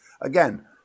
Again